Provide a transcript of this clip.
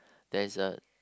there's a